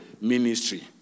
ministry